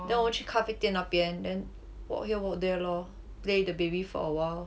then 我去咖啡店那边 then walk here walk there lor play the baby for awhile